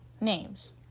names